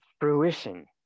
fruition